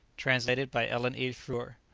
translated by ellen e. frewer